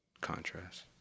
contrast